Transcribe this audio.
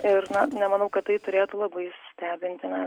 ir na nemanau kad tai turėtų labai stebinti na